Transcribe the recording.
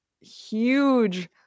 huge